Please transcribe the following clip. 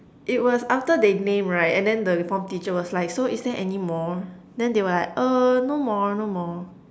it was after they name right and then the form teacher was like so is there any more then they were like err no more no more